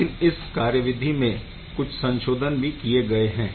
लेकिन इस कार्यविधि में कुछ संशोधन भी किए गए है